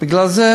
בגלל זה